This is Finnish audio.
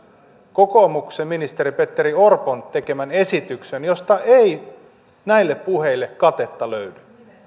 kokoomuksen ministeri petteri orpon tekemän esityksen josta ei näille puheille katetta löydy